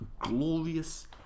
glorious